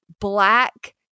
black